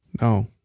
No